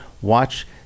Watch